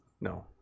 No